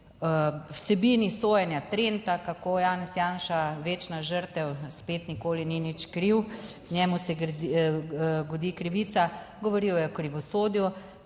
vsebini sojenja Trenta, kako Janez Janša, večna žrtev, spet nikoli ni nič kriv, njemu se godi krivica, govoril je o krivosodju,